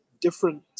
different